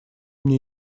мне